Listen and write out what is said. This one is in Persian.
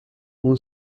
اون